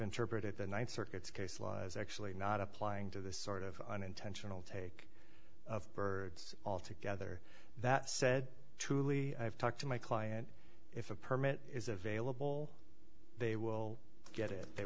interpreted the ninth circuit's case law is actually not applying to this sort of unintentional take of birds altogether that said truly i've talked to my client if a permit is available they will get it they